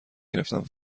گرفتم